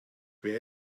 wer